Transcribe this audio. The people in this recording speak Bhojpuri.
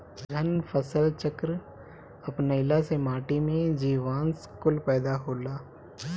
सघन फसल चक्र अपनईला से माटी में जीवांश कुल पैदा होला